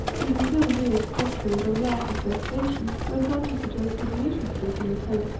and until leo stopped her with a laugh of vexation, went on to suggest that we should sleep in the tent,